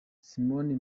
simone